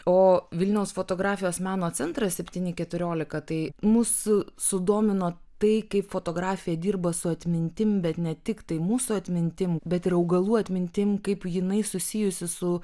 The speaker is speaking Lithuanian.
o vilniaus fotografijos meno centras septyni keturiolika tai mūsų sudomino tai kaip fotografė dirba su atmintim bet ne tiktai mūsų atmintim bet ir augalų atmintim kaip jinai susijusi su